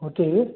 होते हुए